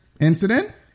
incident